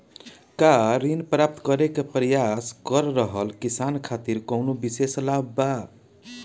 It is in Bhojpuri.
का ऋण प्राप्त करे के प्रयास कर रहल किसान खातिर कउनो विशेष लाभ बा?